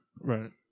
right